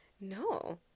No